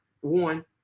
one